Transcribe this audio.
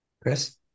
Chris